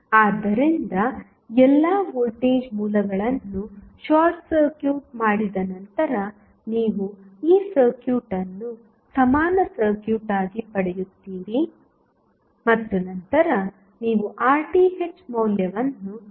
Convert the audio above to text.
ಆದ್ದರಿಂದ ಎಲ್ಲಾ ವೋಲ್ಟೇಜ್ ಮೂಲಗಳನ್ನು ಶಾರ್ಟ್ ಸರ್ಕ್ಯೂಟ್ ಮಾಡಿದ ನಂತರ ನೀವು ಈ ಸರ್ಕ್ಯೂಟ್ ಅನ್ನು ಸಮಾನ ಸರ್ಕ್ಯೂಟ್ ಆಗಿ ಪಡೆಯುತ್ತೀರಿ ಮತ್ತು ನಂತರ ನೀವು RTh ಮೌಲ್ಯವನ್ನು ಕಂಡುಹಿಡಿಯಬೇಕು